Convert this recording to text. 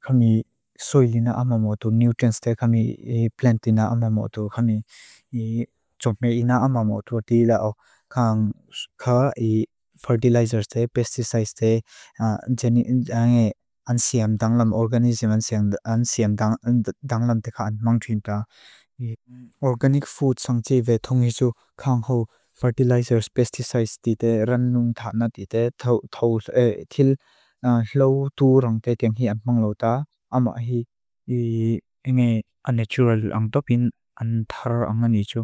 kami soy lina ama motu, nutrients ta kami plantina ama motu, kami jopme ina ama motu ati lau kang ka fertilizers ta, pesticides ta, an siam dan lam, organism an siam dan lam dekha an mang tunta. O, i organic food san tse ve tunghi tsu kang ho fertilizers, pesticides dita, ran nung ta na dita, til lau tu rang dekha an mang luta, ama hi ina an natural ang topin, an thara angan hi tsu.